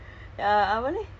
cause my